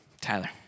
Tyler